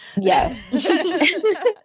Yes